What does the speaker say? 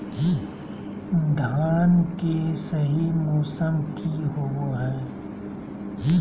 धान के सही मौसम की होवय हैय?